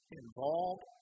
involved